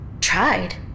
Tried